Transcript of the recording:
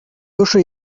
wische